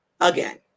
again